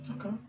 Okay